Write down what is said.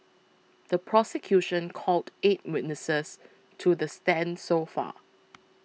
the prosecution called eight witnesses to the stand so far